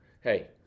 Hey